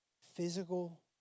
physical